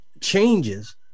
changes